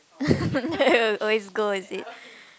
then you always go is it